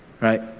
right